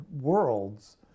worlds